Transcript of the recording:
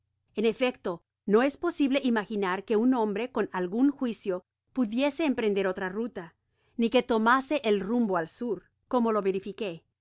en efecto np es posible imaginar que un hombre con algun juicio pudiese emprender otra ruta ni que tomase el rumbo al sur